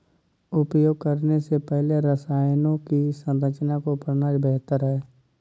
उपयोग करने से पहले रसायनों की संरचना को पढ़ना बेहतर है